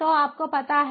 तोआपको पता है